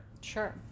sure